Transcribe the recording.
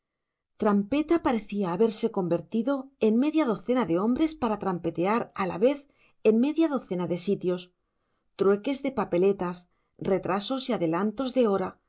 ardides trampeta parecía haberse convertido en media docena de hombres para trampetear a la vez en media docena de sitios trueques de papeletas retrasos y adelantos de hora